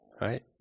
right